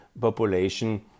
population